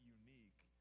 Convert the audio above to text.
unique